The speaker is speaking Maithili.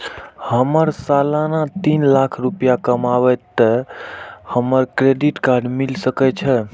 हमर सालाना तीन लाख रुपए कमाबे ते हमरा क्रेडिट कार्ड मिल सके छे?